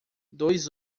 dois